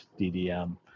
DDM